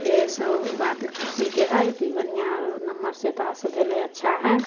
एहिसब बात खुशीके हइ कि बढ़िआँ नम्बरसे पास भेलै अच्छा हइ